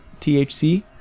thc